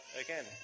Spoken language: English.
again